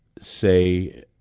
say